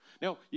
Now